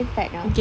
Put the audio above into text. can we start now